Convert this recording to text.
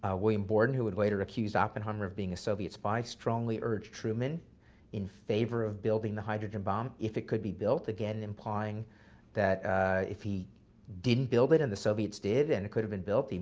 ah william borden, who would later accuse oppenheimer of being a soviet spy, strongly urged truman in favor of building the hydrogen bomb if it could be built. again, implying that if he didn't build it and the soviets did, and it could have been built,